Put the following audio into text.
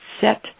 set